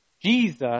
jesus